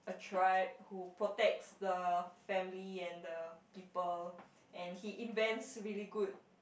tribe who protects the family and the people and he invents really good